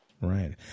Right